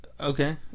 Okay